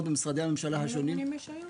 במשרדי הממשלה השונים --- כמה ממונים יש היום?